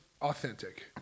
authentic